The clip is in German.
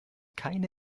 keine